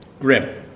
Grim